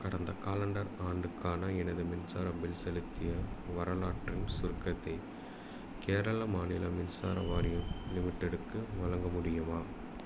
கடந்த காலண்டர் ஆண்டுக்கான எனது மின்சார பில் செலுத்திய வரலாற்றின் சுருக்கத்தை கேரள மாநில மின்சார வாரியம் லிமிட்டெடுக்கு வழங்க முடியுமா